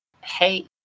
Hey